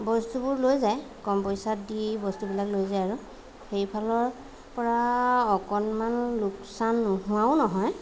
বস্তুবোৰ লৈ যায় কম পইচাত দি বস্তুবিলাক লৈ যায় আৰু সেইফালৰ পৰা অকণমানো লোকচান নোহোৱাও নহয়